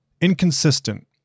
Inconsistent